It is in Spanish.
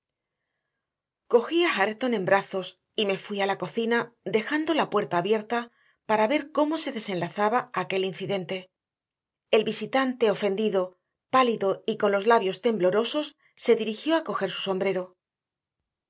a hareton en brazos y me fui a la cocina dejando la puerta abierta para ver cómo se desenlazaba aquel incidente el visitante ofendido pálido y con los labios temblorosos se dirigió a coger su sombrero